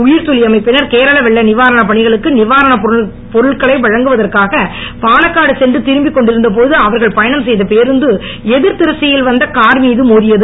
உயிர்துளி அமைப்பினர் கேரள வெள்ள நிவாரணப் பணிகளுக்கு நீவாரணப் பொருட்களை வழங்குவதற்காக பாலக்காடு சென்று திரும்பி கொண்டிருந்தபோது அவர்கள் பயணம் செய்த பேருந்து எதிர்திசையில் வந்த கார்மீது மோதியது